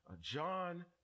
John